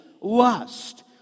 lust